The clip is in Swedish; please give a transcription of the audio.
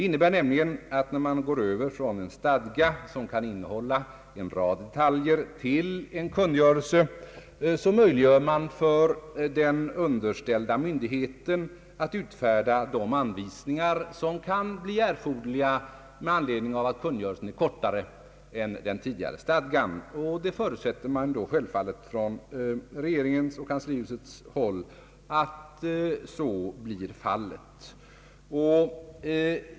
När man går över från en stadga, som kan innehålla en rad detaljer, till en kungörelse möjliggör man nämligen för den underställda myndigheten att utfärda de anvisningar som kan bli erforderliga med anledning av att kungörelsen är kortare än den tidigare stadgan. Självfallet förutsätter då regeringen att så blir fallet.